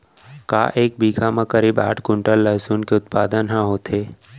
का एक बीघा म करीब आठ क्विंटल लहसुन के उत्पादन ह होथे?